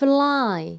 Fly